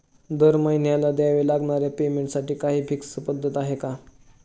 मला दरमहिन्याला द्यावे लागणाऱ्या पेमेंटसाठी काही फिक्स पद्धत आहे का?